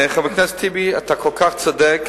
חבר הכנסת טיבי, אתה כל כך צודק,